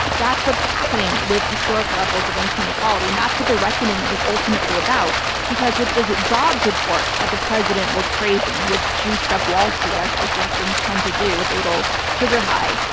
that's what's happening with historic levels of income inequality and that's what the reckoning is ultimately about because with this jobs report that the president was praising, which juiced up wall street as as these things tend to do with the little sugar-high.